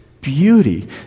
beauty